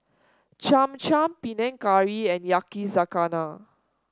Cham Cham Panang Curry and Yakizakana